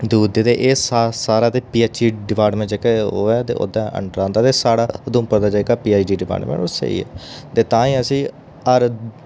देऊदे ते एह् सा सारा ते पी एच ई डिपार्टमेंट जेह्का ओह् ऐ ते ओह्दे अंडर आंदा ते साढ़ा उधमपुर दा जेह्का पी एच डी डिपार्टमेंट ओह् स्हेई ऐ ते ताईं असी हर